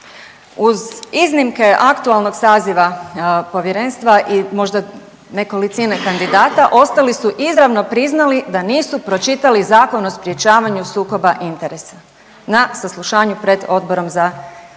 Uz iznimke aktualnog saziva Povjerenstva i možda i nekolicine kandidata, ostali su izravno priznali da nisu pročitali Zakon o sprječavanju sukoba interesa na saslušanju pred Odborom za izbor,